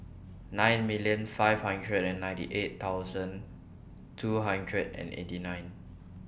nine million five hundred and ninety eight thousand two hundred and eighty nine